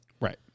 Right